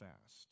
fast